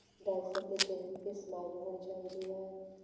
dancer ਦੇ ਚਿਹਰੇ 'ਤੇ ਸਮਾਈਲ ਹੋਣੀ ਚਾਹੀਦੀ ਹੈ